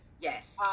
yes